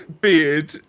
beard